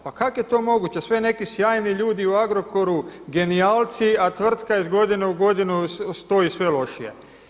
Pa kak je to moguće, sve neki sjajni ljudi u Agrokoru, genijalci, a tvrtka iz godine u godinu stoji sve lošije?